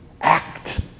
act